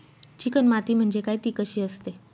Chicken माती म्हणजे काय? ति कशी असते?